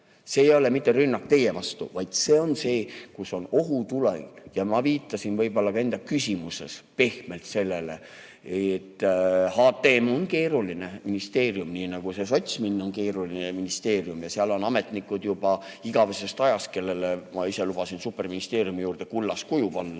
see ei ole mitte rünnak teie vastu, vaid see on see, kus on ohutuled. Ja ma viitasin ka enda küsimuses pehmelt sellele, et HTM on keeruline ministeerium, nii nagu see sotsmin on keeruline ministeerium. Seal on juba igavesest ajast ametnikud, kellele ma ise lubasin superministeeriumi juurde kullast kuju panna.